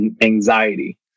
anxiety